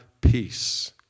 peace